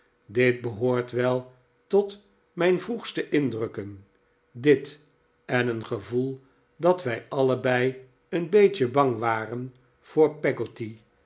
dit behoort wel tot mijn vroegste indrukken dit en een gevoel dat wij allebei een beetje bang waren voor